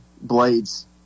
Blades